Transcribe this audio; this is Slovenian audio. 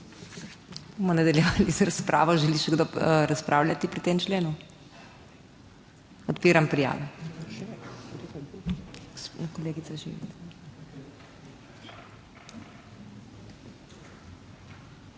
Bomo nadaljevali z razpravo. Želi še kdo razpravljati pri tem členu? (Da.) Odpiram prijave.